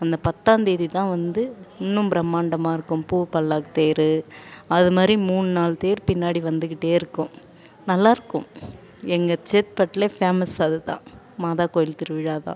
அந்தப் பத்தாம்தேதி தான் வந்து இன்னும் பிரமாண்டமாக இருக்கும் பூப்பல்லாக்கு தேர் அது மாதிரி மூணு நாலு தேர் பின்னாடி வந்துக்கிட்டே இருக்கும் நல்லாயிருக்கும் எங்கள் சேத்பட்லையே ஃபேமஸ் அதுதான் மாதாக்கோயில் திருவிழா தான்